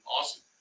awesome